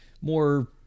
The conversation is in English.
more